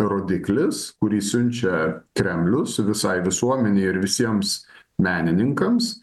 rodiklis kurį siunčia kremlius visai visuomenei ir visiems menininkams